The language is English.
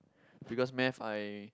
because math I